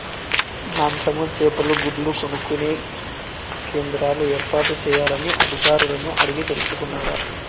మాంసము, చేపలు, గుడ్లు కొనుక్కొనే కేంద్రాలు ఏర్పాటు చేయాలని అధికారులను అడిగి తెలుసుకున్నారా?